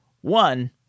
one